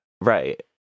Right